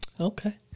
Okay